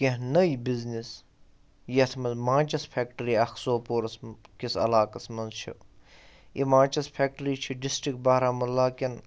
کینٛہہ نٔے بِزنٮ۪س یَتھ منٛز ماچِس فیکٹِری اَکھ سوپورَس منٛز کِس علاقَس منٛز چھِ یہٕ ماچٕس فیکٹِری چھِ ڈِسٹِرک بارہمُلہ کٮ۪ن